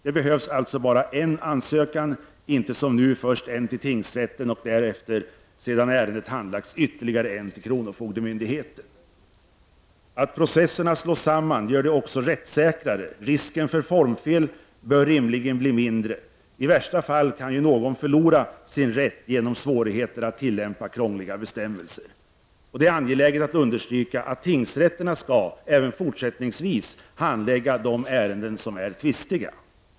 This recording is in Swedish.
Det behövs alltså bara en ansökan och inte som nu först en till tingsrätten och därefter, sedan ärendet handlagts, ytterligare en till kronofogdemyndigheten. Att processerna slås samman gör det också rättssäkrare. Risken för formfel bör rimligen bli mindre. I värsta fall kan någon förlora sin rätt genom svårigheten att tillämpa krångliga bestämmelser. Det är angeläget att understryka att tingsrätterna även fortsättningsvis skall handlägga de ärenden som är tvistiga.